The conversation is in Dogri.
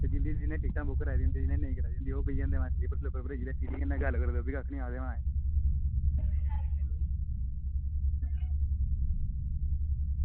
ते जिंदी जि'नें टिकटां बुक कराई दियां होंदियां जि'नें नेईं कराई दियां होंदियां ओह् बेही जंदे माय स्लीपर च ते जेल्लै टी टी कन्नै गल्ल करो ओह् बी कक्ख निं आखदे माय